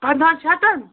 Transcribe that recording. پَنٛدہَن شیٚتَن